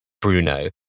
Bruno